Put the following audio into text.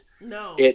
No